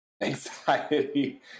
Anxiety